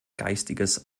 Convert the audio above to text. geistiges